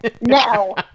No